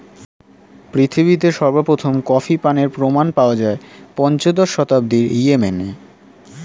পৃথিবীতে সর্বপ্রথম কফি পানের প্রমাণ পাওয়া যায় পঞ্চদশ শতাব্দীর ইয়েমেনে